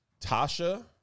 Tasha